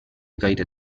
gaire